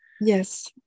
Yes